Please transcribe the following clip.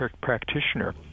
practitioner